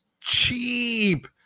Cheap